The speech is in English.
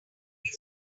they